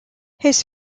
his